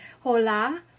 hola